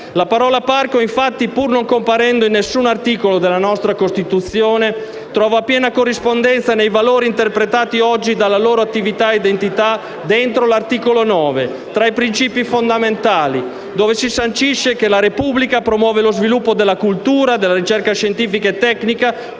La parola «parco», infatti, pur non comparendo in alcun articolo della nostra Costituzione, trova piena corrispondenza nei valori interpretati oggi dalla loro attività e identità dentro l'articolo 9, tra i principi fondamentali, dove si sancisce che: «La Repubblica promuove lo sviluppo della cultura e la ricerca scientifica e tecnica.